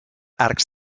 arcs